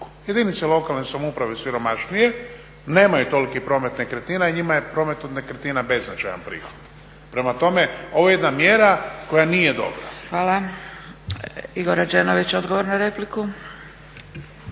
Jedinice lokalne samouprave siromašnije nemaju toliki promet nekretnina i njima je promet od nekretnina beznačajan prihod. Prema tome ovo je jedna mjera koja nije dobra. **Zgrebec, Dragica (SDP)** Hvala. Igor Rađenović, odgovor na repliku.